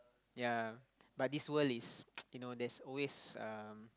ya but this world is you know there's always um